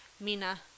Mina